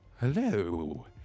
Hello